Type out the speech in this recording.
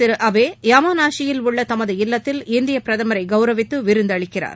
திரு Abe யாமாநாஷியில் உள்ள தமது இல்லத்தில் இந்தியப் பிரதமரை கவுரவித்து விருந்தளிக்கிறார்